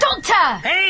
Doctor